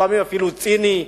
לפעמים אפילו ציני,